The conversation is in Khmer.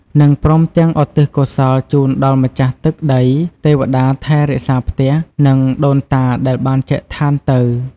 និងព្រមទាំងឧទ្ទិសកុសលជូនដល់ម្ចាស់ទឹកដី ទេវតាថែរក្សាផ្ទះ និងដូនតាដែលបានចែកឋានទៅ។